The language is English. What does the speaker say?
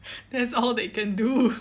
that's all that you can do